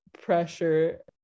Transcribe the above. pressure